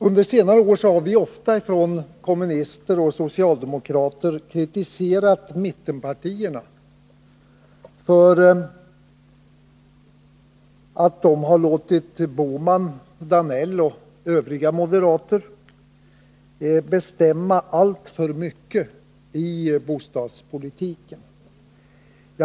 Under senare år har vi kommunister och även socialdemokraterna ofta kritiserat mittenpartierna för att de har låtit Gösta Bohman, Georg Danell och övriga moderater bestämma alltför mycket i bostadspolitiken.